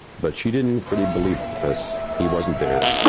but she didn't really believe it because he wasn't there,